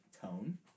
tone